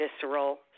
visceral